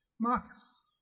Marcus